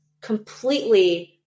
completely